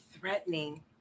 threatening